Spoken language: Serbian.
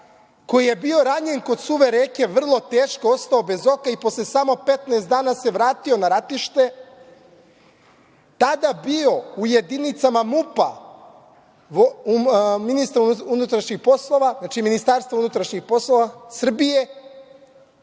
koji je bio ranjen kod Suve reke, vrlo teško, ostao bez oka i posle samo 15 dana se vratio na ratište, tada bio u jedinicama MUP, Ministarstva unutrašnjih poslova Srbije,